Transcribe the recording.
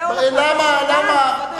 זה הולך,